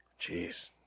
Jeez